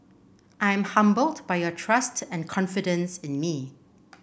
I am humbled by your trust and confidence in me